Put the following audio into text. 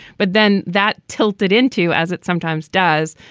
but then that tilted into, as it sometimes does,